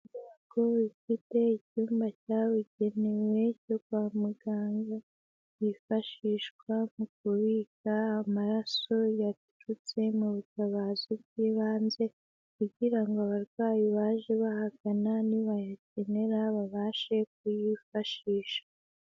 Inyubako ifite icyumba cyabugenewe cyo kwa muganga, kifashishwa mu kubika amaraso yaturutse mu butabazi bw'ibanze, kugira ngo abarwayi baje bahagana ni bayakenera babashe kuyifashisha.